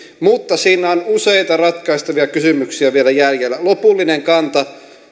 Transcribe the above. mutta siinä on useita ratkaistavia kysymyksiä vielä jäljellä lopullinen kanta